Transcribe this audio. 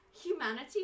humanity